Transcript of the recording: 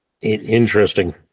Interesting